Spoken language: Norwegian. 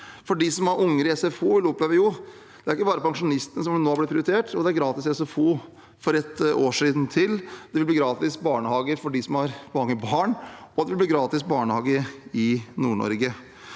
ned. De som har unger i SFO, vil oppleve at det ikke bare er pensjonistene som blir prioritert, for det er gratis SFO for et år til. Det blir gratis barnehage for dem som har mange barn, og det blir gratis barnehage i Nord-Norge.